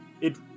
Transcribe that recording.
It-